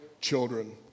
children